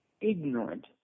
ignorant